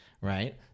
right